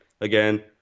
again